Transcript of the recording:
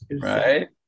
right